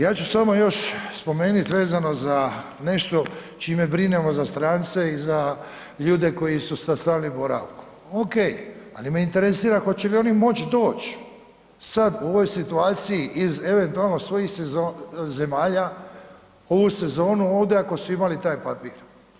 Ja ću samo još spomenit vezano za nešto čime brinemo za strance i za ljude koji su sa stalnim boravkom, ok, ali me interesira hoće li oni moći doći sad u ovoj situaciji iz eventualno svojih zemalja ovu sezonu ovde ako su imali taj papir.